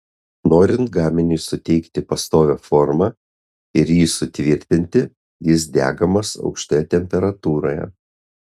norint gaminiui suteikti pastovią formą ir jį sutvirtinti jis degamas aukštoje temperatūroje